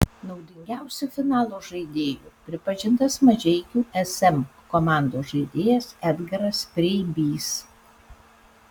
naudingiausiu finalo žaidėju pripažintas mažeikių sm komandos žaidėjas edgaras preibys